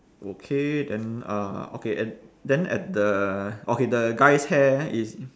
okay then uh okay and then at the okay the guy's hair is